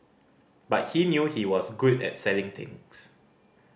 but he knew he was good at selling things